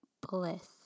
bliss